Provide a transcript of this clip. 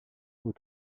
aux